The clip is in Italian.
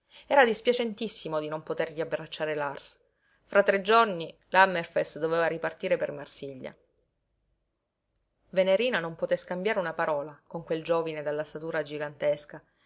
lontana era dispiacentissimo di non poter riabbracciare lars fra tre giorni l'hammerfest doveva ripartire per marsiglia venerina non poté scambiare una parola con quel giovine dalla statura gigantesca